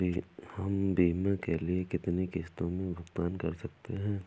हम बीमा के लिए कितनी किश्तों में भुगतान कर सकते हैं?